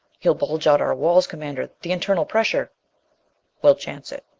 you'll bulge out our walls, commander. the internal pressure we'll chance it.